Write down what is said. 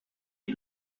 est